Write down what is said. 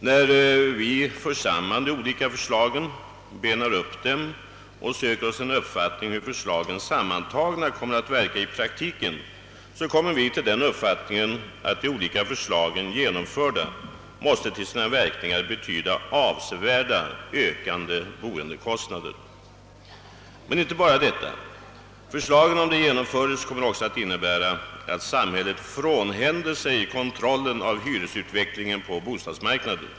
När vi för samman de olika förslagen, benar upp dem och söker oss en uppfattning om hur de sammantagna kommer att verka i praktiken, måste vi få den uppfattningen att de genomförda till sina verkningar måste betyda avsevärt ökande boendekostnader. Men inte bara detta; om förslagen genomföres kommer det också att innebära att samhället frånhänder sig kontrollen av hyresutvecklingen på bostadsmarknaden.